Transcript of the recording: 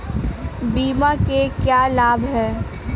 बीमा के क्या क्या लाभ हैं?